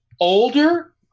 older